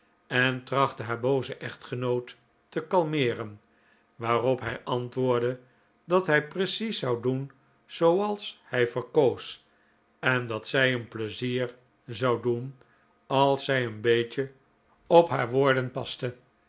en trachtte haar boozen echtgenoot te kalmeeren waarop hij antwoordde dat hij precies zou doen zooals hij verkoos en dat zij hem pleizier zou doen als zij een beetje op haar woorden paste